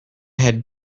had